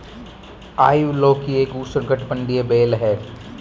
ivy लौकी एक उष्णकटिबंधीय बेल है